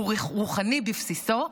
שהוא רוחני בבסיסו,